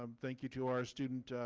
um thank you to our student